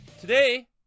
today